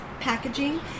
packaging